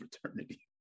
fraternity